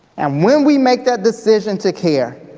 and when we make that decision to care,